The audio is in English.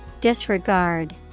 Disregard